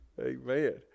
amen